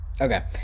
Okay